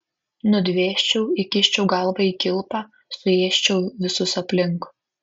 nudvėsčiau įkiščiau galvą į kilpą suėsčiau visus aplink